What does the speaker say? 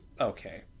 okay